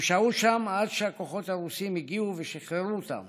הם שהו שם עד שהכוחות הרוסיים הגיעו, שחררו אותם